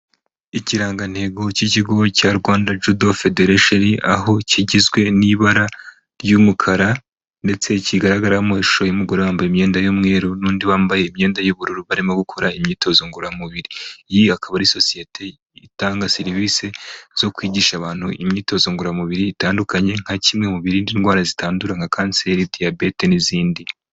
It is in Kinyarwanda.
Ikirangantego cy'ikigo cya Rwanda Judo Federation, aho kigizwe n'ibara ry'umukara ndetse kigaragaramo ishusho y'umugore wambaye imyenda y'umweru n'undi wambaye imyenda y'ubururu barimo gukora imyitozo ngororamubiri. Iyi akaba ari sosiyete itanga serivisi zo kwigisha abantu imyitozo ngororamubiri itandukanye, nka kimwe mu birinda indwara zitandura nka kanseri , diyabete n'izindi.